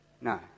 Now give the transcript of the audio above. No